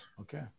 Okay